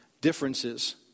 Differences